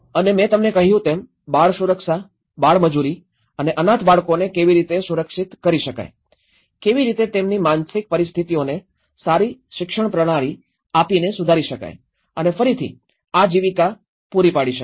અને મેં તમને કહ્યું તેમ બાળ સુરક્ષા બાળ મજૂરી અને અનાથ બાળકોને કેવી રીતે સુરક્ષિત કરી શકાય કેવી રીતે તેમની માનસિક પરિસ્થિતિઓને સારી શિક્ષણ પ્રણાલી આપીને સુધારી શકાય અને ફરીથી આજીવિકાના પુરી પડી શકાય